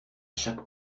chaque